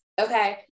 Okay